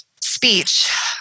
speech